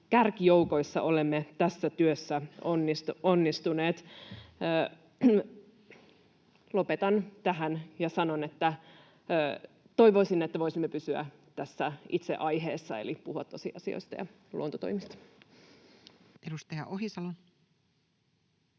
kärkijoukoissa olemme tässä työssä onnistuneet. Lopetan tähän, ja sanon, että toivoisin, että voisimme pysyä tässä itse aiheessa eli puhua tosiasioista ja luontotoimista. [Speech